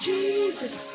Jesus